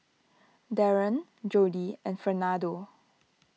Daren Jodie and Fernando